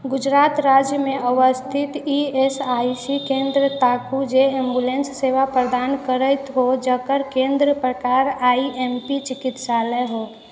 गुजरात राज्यमे अवस्थित E S I C केंद्र ताकू जे एम्बुलेंस सेवा प्रदान करैत हो जकर केंद्रके प्रकार आई एम पी चिकित्सालय हो